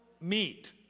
meet